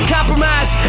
Compromise